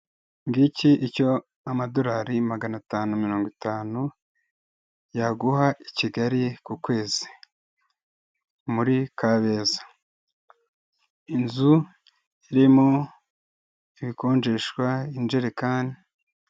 Ngiki icyo amadorari magana atanu mirongo itanu yaguha i Kigali ku kwezi muri Kabeza, inzu irimo ibikonjeshwa, injerekani.